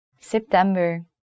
September